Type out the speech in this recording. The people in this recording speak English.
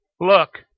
look